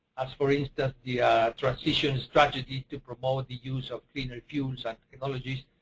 as for instance the transition strategy, to promote the use of cleaner fuels and technologies.